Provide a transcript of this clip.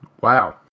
Wow